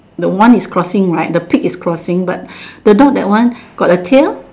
the one is crossing right the pig is crossing but the dog that one got the tail